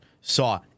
saw